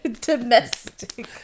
Domestic